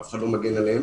אף אחד לא מגן עליהם.